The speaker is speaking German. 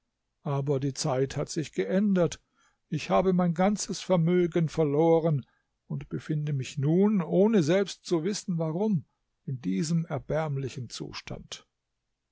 aber die zeit hat sich geändert ich habe mein ganzes vermögen verloren und befinde mich nun ohne selbst zu wissen warum in diesem erbärmlichen zustand